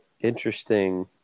interesting